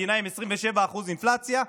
מדינה עם 27% אינפלציה,